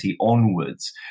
onwards